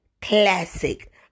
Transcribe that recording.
classic